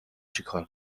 چیکار